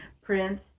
print